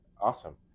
Awesome